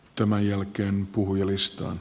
tämän jälkeen puhujalistaan